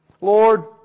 Lord